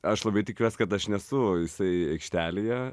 aš labai tikiuosi kad aš nesu jisai aikštelėje